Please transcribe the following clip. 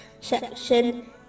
section